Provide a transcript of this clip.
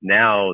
now